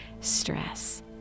stress